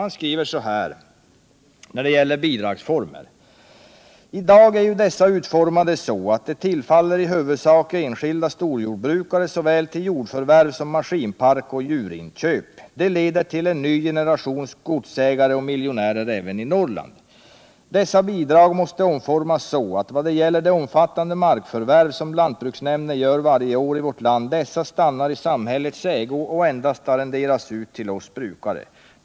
Han skriver så här när det gäller bidragsformerna: ”I dag är ju dessa utformade så, att de tillfaller i huvudsak enskilda storjordbrukare, såväl till jordförvärv, som maskinpark och djurinköp. Detta leder till en ny generation godsägare och miljonärer även i Norrland. Dessa bidrag måste omformas så, att vad gäller de omfattande markförvärv som lantbruksnämnden gör varje år i vårt land, dessa stannar i samhällets ägo och endast arrenderas ut till oss brukare.